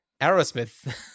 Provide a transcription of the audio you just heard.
Aerosmith